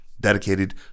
dedicated